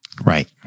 Right